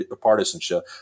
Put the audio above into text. partisanship